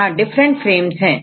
यहां पर different frame है